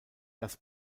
das